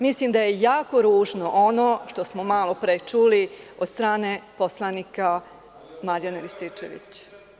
Mislim da je jako ružno ono što smo malopre čuli od strane poslanika Marjana Rističevića.